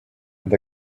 and